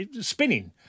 spinning